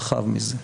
רחב מזה,